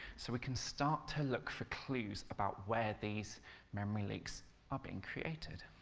so we can start to look for clues about where these memory leaks are being created.